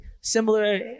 similar